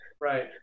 Right